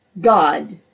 God